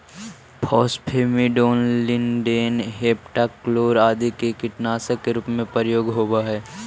phosphamidon, lindane, heptachlor आदि के कीटनाशक के रूप में प्रयोग होवऽ हई